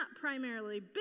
primarily